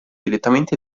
direttamente